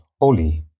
holy